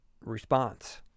response